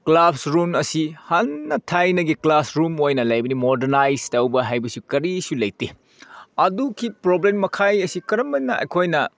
classroom ꯑꯁꯤ ꯍꯥꯟꯅ ꯊꯥꯏꯅꯒꯤ ꯀ꯭ꯂꯥꯁꯔꯨꯝ ꯑꯣꯏꯅ ꯂꯩꯕꯅꯦ ꯃꯣꯔꯗꯅꯥꯏꯖ ꯇꯧꯕ ꯍꯥꯏꯕꯁꯨ ꯀꯔꯤꯁꯨ ꯂꯩꯇꯦ ꯑꯗꯨꯒꯤ ꯄ꯭ꯔꯣꯕ꯭ꯂꯦꯝ ꯃꯈꯩ ꯑꯁꯤ ꯀꯔꯝ ꯍꯥꯏꯅ ꯑꯩꯈꯣꯏꯅ